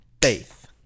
faith